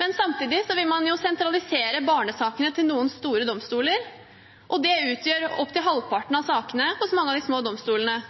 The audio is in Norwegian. men samtidig vil man sentralisere barnesakene til noen store domstoler. De utgjør opptil halvparten av sakene hos mange av de små domstolene,